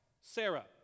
Sarah